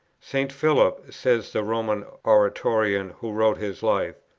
st. philip, says the roman oratorian who wrote his life,